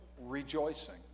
rejoicing